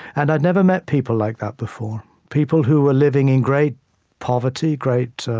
and i'd never met people like that before, people who were living in great poverty, great